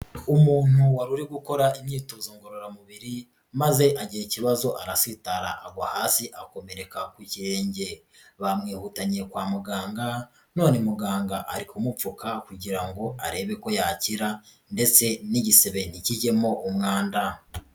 Umuntu waruri gukora imyitozo ngororamubiri maze agira ikibazo arasitara agwa hasi arakomereka ku kirenge, bamwihutanye kwa muganga none muganga ari kumupfuka kugira ngo arebe ko yakira ndetse n'igisebe ntikigemo umwanda.